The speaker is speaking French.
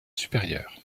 supérieur